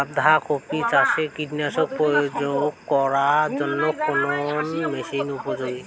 বাঁধা কপি চাষে কীটনাশক প্রয়োগ করার জন্য কোন মেশিন উপযোগী?